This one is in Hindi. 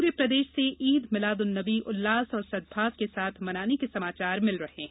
पूरे प्रदेश से ईद मिलाद उन नबी उल्लास और सद्भाव के साथ मनाने के समाचार मिल रहे हैं